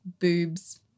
boobs